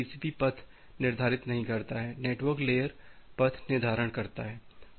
क्योंकि टीसीपी पथ निर्धारित नहीं करता है नेटवर्क लेयर पथ का निर्धारण करता है